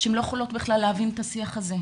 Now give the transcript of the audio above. שהן לא יכולות בכלל להבין את השיח הזה.